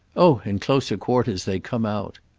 oh in closer quarters they come out!